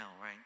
right